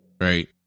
right